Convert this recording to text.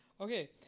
Okay